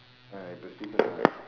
put speaker